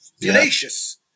tenacious